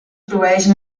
proveeix